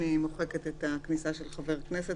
אני מוחקת את הכניסה של חבר כנסת,